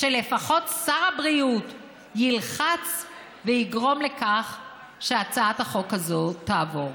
לפחות שר הבריאות ילחץ ויגרום לכך שהצעת החוק הזאת תעבור.